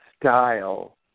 style